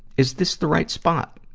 is this the right spot?